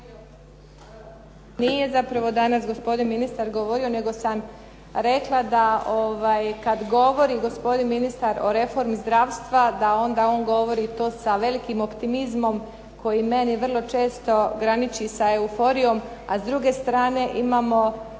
nije zapravo danas gospodin ministar govorio nego sam rekla da kad govori gospodin ministar o reformi zdravstva da onda on govori to sa velikim optimizmom koji meni vrlo često graniči sa euforijom a s druge strane imamo